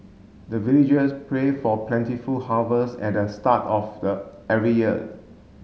the villagers pray for plentiful harvest at the start of the every year